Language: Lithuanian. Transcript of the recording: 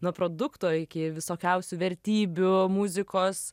nuo produkto iki visokiausių vertybių muzikos